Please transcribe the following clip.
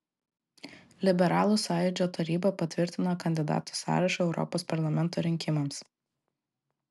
liberalų sąjūdžio taryba patvirtino kandidatų sąrašą europos parlamento rinkimams